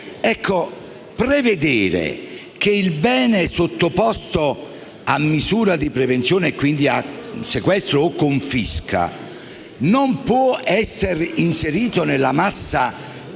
di prevedere che il bene sottoposto a misura di prevenzione - e quindi a sequestro o confisca - non possa essere inserito nella massa